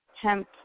hemp